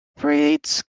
breeds